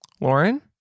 Lauren